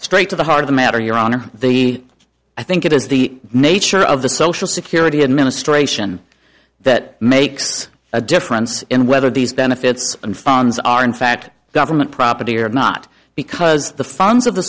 straight to the heart of the matter your honor the i think it is the nature of the social security administration that makes a difference in whether these benefits and funds are in fact government property or not because the funds of the